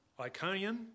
Iconian